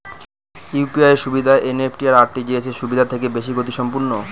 UPI সুবিধা কি NEFT আর আর.টি.জি.এস সুবিধা থেকে বেশি গতিসম্পন্ন?